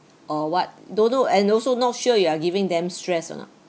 or what don't know and also not sure you are giving them stress or not